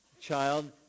child